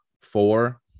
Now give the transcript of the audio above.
four